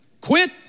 Quit